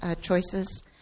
choices